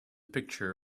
picture